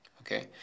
Okay